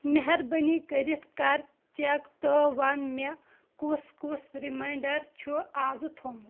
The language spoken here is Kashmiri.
مہربٲنی کٔرِتھ کَر چیک تہٕ وَن مےٚ کُس کُس رِمینٛڑر چھُ آز تھوٚومُت